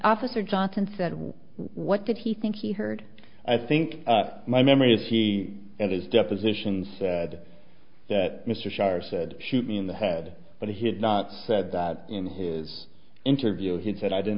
officer johnson said what did he think he heard i think my memory is he and his deposition said that mr shier said shoot me in the head but he had not said that in his interview he said i didn't